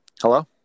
Hello